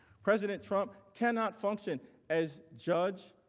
president trump, cannot function as judge,